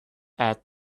add